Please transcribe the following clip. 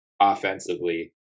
offensively